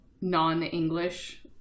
non-English